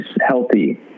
Healthy